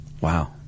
Wow